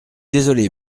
désolé